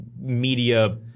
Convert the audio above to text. media